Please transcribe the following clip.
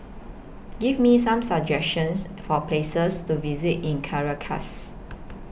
Give Me Some suggestions For Places to visit in Caracas